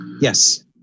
yes